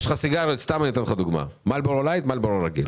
יש לך סיגריות מלבורו לייט ומלבורו רגיל.